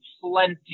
plenty